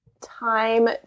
time